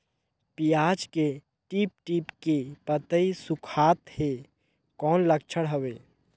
पियाज के टीप टीप के पतई सुखात हे कौन लक्षण हवे?